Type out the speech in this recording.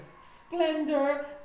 Splendor